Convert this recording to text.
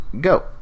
go